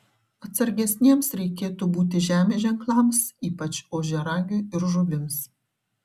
atsargesniems reikėtų būti žemės ženklams ypač ožiaragiui ir žuvims